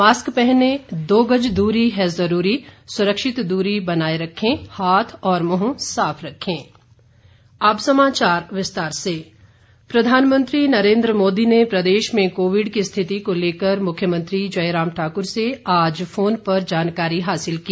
mask पहनें दो गज दूरी है जरूरी सुरक्षित दूरी बनाये रखें हाथ और मुंह साफ रखें प्रधानमंत्री प्रधानमंत्री नरेंद्र मोदी ने प्रदेश में कोविड की स्थिति को लेकर मुख्यमंत्री जयराम ठाक्र से आज फोन पर जानकारी हासिल की